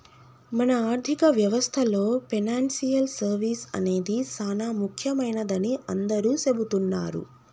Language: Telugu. మన ఆర్థిక వ్యవస్థలో పెనాన్సియల్ సర్వీస్ అనేది సానా ముఖ్యమైనదని అందరూ సెబుతున్నారు